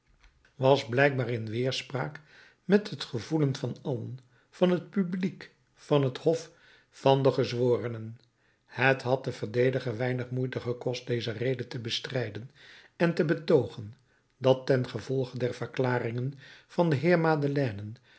was blijkbaar in weerspraak met het gevoelen van allen van het publiek van het hof van de gezworenen het had den verdediger weinig moeite gekost deze rede te bestrijden en te betoogen dat tengevolge der verklaringen van den heer